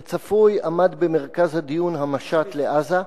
כצפוי, במרכז הדיון עמד המשט לעזה.